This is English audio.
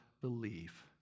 believe